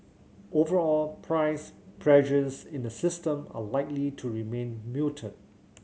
overall price pressures in the system are likely to remain muted